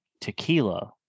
Tequila